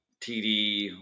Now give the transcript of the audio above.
TD